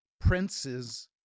Prince's